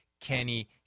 Kenny